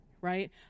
right